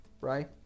right